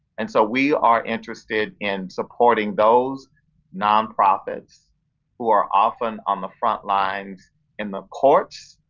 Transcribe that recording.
and so we are interested in supporting those nonprofits who are often on the frontlines in the courts.